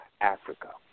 Africa